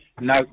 no